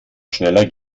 schneller